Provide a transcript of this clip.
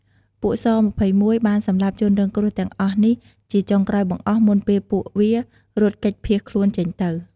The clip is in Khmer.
ពួក ស២១បានសំលាប់ជនរងគ្រោះទាំងអស់នេះជាចុងក្រោយបង្អស់មុនពេលពួកវារត់គេចភៀសខ្លួនចេញទៅ។